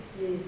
Yes